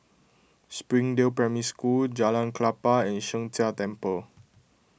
Springdale Primary School Jalan Klapa and Sheng Jia Temple